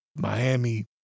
Miami